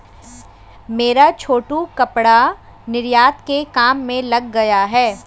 मेरा छोटू कपड़ा निर्यात के काम में लग गया है